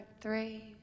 three